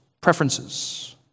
preferences